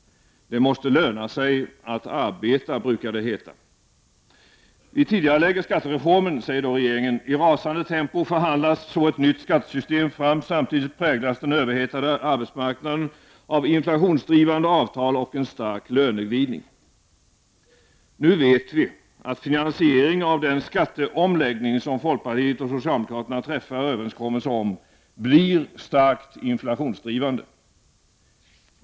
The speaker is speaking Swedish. Det måste löna sig att arbeta, brukar det heta. Vi tidigarelägger skattereformen, säger då regeringen. I rasande tempo förhandlas så ett nytt skattesystem fram. Samtidigt präglas den överhettade arbetsmarknaden av inflationsdrivande avtal och en stark löneglidning. Nu vet vi att finansieringen av den skatteomläggning som folkpartiet och socialdemokraterna träffar överenskommelse om, blir starkt inflationsdrivande.